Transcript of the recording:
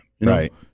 Right